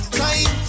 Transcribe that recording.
time